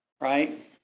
right